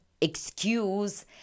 excuse